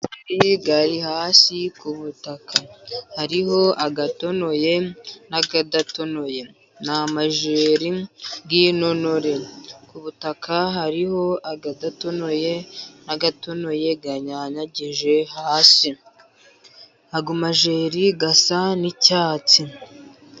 Amajeri, ari hasi ku butaka . Hariho atonoye n'adatonoye . Ni amajeri y'intonore. Ku butaka, hariho adatonoye, n'atonoye , anyanyagiye hasi . Ayo majeri, asa n'icyatsi .